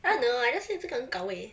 I don't know I just feel 是很镐为